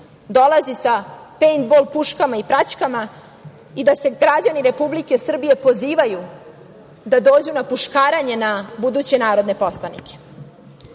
dolazi sa peintbol puškama i praćkama i da se građani Republike Srbije pozivaju da dođu na puškaranje na buduće narodne poslanike? Dom